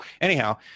anyhow